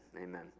amen